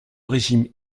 régime